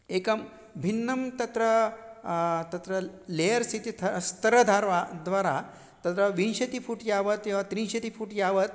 एकं भिन्नं तत्र तत्र लेयर्स् इति त स्तरधर्वा द्वारा तत्र विंशति फु़ट् यावत् या त्रिंशति फु़ट् यावत्